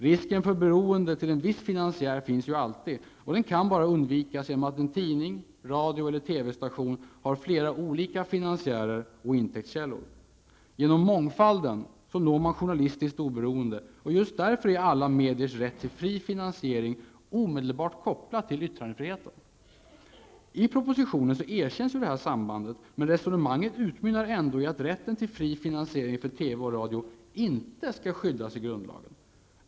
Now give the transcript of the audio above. Risken för beroende av en viss finansiär finns dock alltid, och kan bara undvikas genom att en tidning, radio eller TV-station har flera olika finansiärer och intäktskällor. Genom mångfalden når man journalistiskt oberoende. Just därför är alla mediers rätt till fri finansiering omedelbart kopplat till yttrandefriheten. I propositionen erkänns detta samband men resonemanget utmynnar ändå i att rätten till fri finansiering för TV och radio inte skyddas i grundlagen.